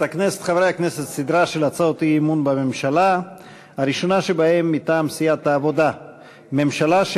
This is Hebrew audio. הסכם בין ממשלת מדינת ישראל לבין ממשלת הרפובליקה